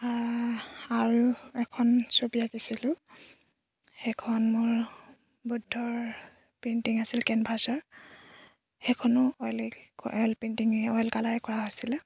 আৰু এখন ছবি আঁকিছিলোঁ সেইখন মোৰ বুদ্ধৰ পেইণ্টিং আছিল কেনভাছৰ সেইখনো অইল এ অইল পেইণ্টিঙে অইল কালাৰে কৰা হৈছিলে